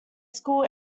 school